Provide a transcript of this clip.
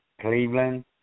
Cleveland